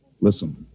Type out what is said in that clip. Listen